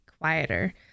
quieter